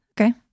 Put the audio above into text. okay